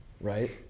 right